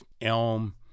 Elm